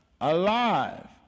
Alive